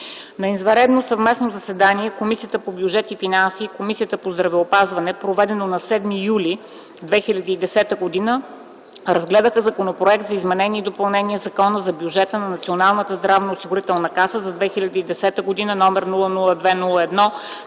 На извънредно съвместно заседание Комисията по бюджет и финанси и Комисията по здравеопазването, проведено на 7 юли 2010 г., разгледаха Законопроект за изменение и допълнение на Закона за бюджета на Националната здравноосигурителна каса за 2010 г., №